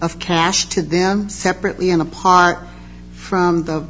of cash to them separately and apart from the